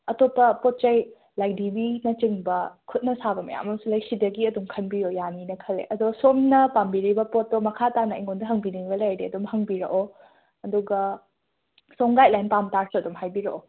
ꯑꯇꯣꯞꯄ ꯄꯣꯠ ꯆꯩ ꯂꯥꯏꯙꯤꯕꯤꯅꯆꯤꯡꯕ ꯈꯨꯠꯅ ꯁꯥꯕ ꯃꯌꯥꯝ ꯑꯃꯁꯨ ꯂꯩ ꯁꯤꯗꯒꯤ ꯑꯗꯨꯝ ꯈꯟꯕꯤꯌꯣ ꯌꯥꯅꯦꯅ ꯈꯜꯂꯦ ꯑꯗꯣ ꯁꯣꯝꯅ ꯄꯥꯝꯕꯤꯔꯤꯕ ꯄꯣꯠꯇꯣ ꯃꯈꯥ ꯇꯥꯅ ꯑꯩꯉꯣꯟꯗ ꯍꯪꯕꯤꯅꯤꯡꯕ ꯂꯩꯔꯗꯤ ꯑꯗꯨꯝ ꯍꯪꯕꯤꯔꯛꯑꯣ ꯑꯗꯨꯒ ꯁꯣꯝ ꯒꯥꯏꯠꯂꯥꯏꯟ ꯄꯥꯝ ꯇꯥꯔꯁꯨ ꯑꯗꯨꯝ ꯍꯥꯏꯕꯤꯔꯛꯑꯣ